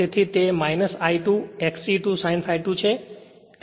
તેથી તે I2 X e 2 sin ∅ 2 છે